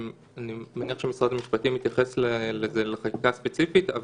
אני מניח שמשרד המשפטים יתייחס לחקיקה ספציפית.